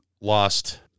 lost